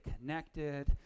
connected